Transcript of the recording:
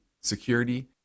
security